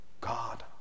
God